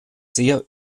sehr